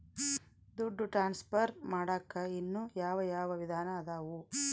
ದುಡ್ಡು ಟ್ರಾನ್ಸ್ಫರ್ ಮಾಡಾಕ ಇನ್ನೂ ಯಾವ ಯಾವ ವಿಧಾನ ಅದವು?